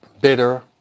bitter